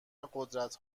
قدرت